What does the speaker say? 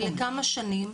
לכמה שנים?